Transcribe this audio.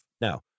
Now